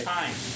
time